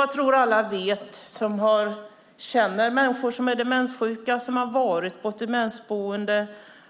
Jag tror att alla som känner människor som är demenssjuka och har varit på ett demensboende